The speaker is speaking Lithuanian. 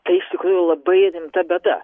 tai iš tikrųjų labai rimta bėda